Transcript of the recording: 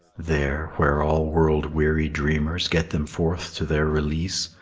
there where all world-weary dreamers get them forth to their release,